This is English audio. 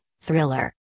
Thriller